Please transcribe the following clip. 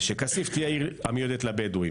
ושכסיף תהיה עיר המיועדת לבדואים.